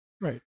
Right